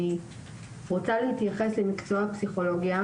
אני רוצה להתייחס למקצוע הפסיכולוגיה,